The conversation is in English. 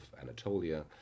Anatolia